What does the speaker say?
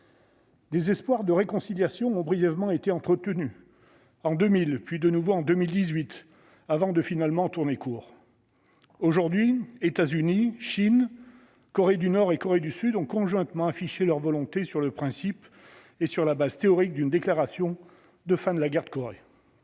Les espoirs de réconciliation ont brièvement été entretenus en 2000, puis de nouveau en 2018, avant de finalement tourner court. Aujourd'hui, États-Unis, Chine, Corée du Nord et Corée du Sud ont conjointement affiché leur volonté, sur le principe et sur une base théorique, de déclarer la fin de la guerre de Corée.